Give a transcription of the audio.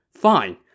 Fine